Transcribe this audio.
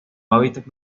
hábitat